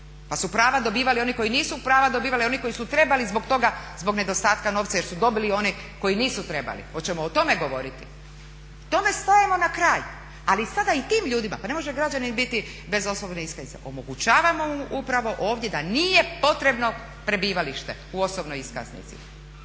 u imovinske pa su prava dobivali oni koji su trebali zbog toga, zbog nedostatka novca jer su dobili oni koji nisu treba. Oćemo o tome govoriti? Tome stajemo na kraju, ali sada i tim ljudima, pa ne može građanin biti bez osobne iskaznice, omogućavamo mu upravo ovdje da nije potrebno prebivalište u osobnoj iskaznici,